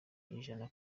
ijana